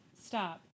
Stop